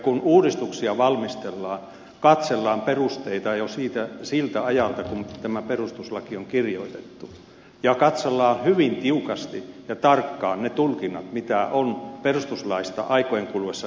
kun uudistuksia valmistellaan katsellaan perusteita jo siltä ajalta kun tämä perustuslaki on kirjoitettu ja katsellaan hyvin tiukasti ja tarkkaan ne tulkinnat mitä on perustuslaista aikojen kuluessa tehty